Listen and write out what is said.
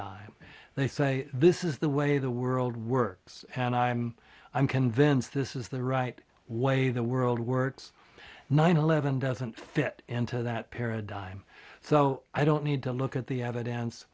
paradigm they say this is the way the world works and i'm i'm convinced this is the right way the world works nine eleven doesn't fit into that paradigm so i don't need to look at the evidence